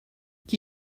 qui